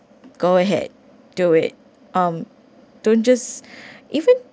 go ahead do it um don't just even